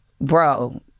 bro